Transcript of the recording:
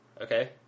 Okay